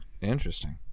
Interesting